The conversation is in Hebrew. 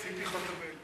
ציפי חוטובלי.